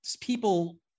people